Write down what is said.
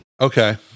Okay